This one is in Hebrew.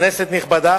כנסת נכבדה,